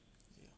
ya